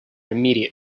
immediate